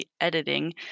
editing